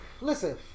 Listen